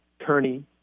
Attorney